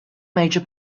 major